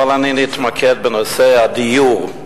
אבל, אני אתמקד בנושא הדיור.